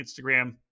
Instagram